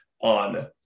on